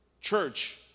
church